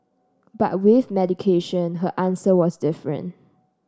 but with medication her answer was different